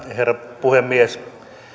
herra puhemies